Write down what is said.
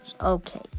Okay